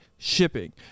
shipping